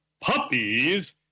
puppies